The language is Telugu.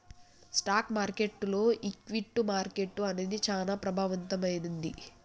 స్టాక్ మార్కెట్టులో ఈక్విటీ మార్కెట్టు అనేది చానా ప్రభావవంతమైంది